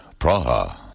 Praha